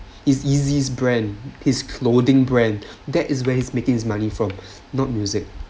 his yeezy's brand his clothing brand that is where he's making money from not music